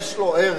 יש לו ערך,